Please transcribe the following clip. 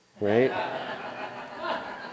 right